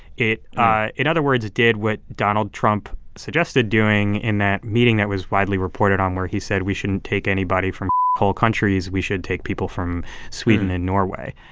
it, ah in other words, did what donald trump suggested doing in that meeting that was widely reported on, where he said, we shouldn't take anybody from hole countries. we should take people from sweden and norway.